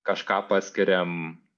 kažką paskiriam